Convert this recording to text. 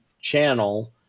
channel